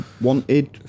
wanted